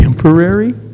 temporary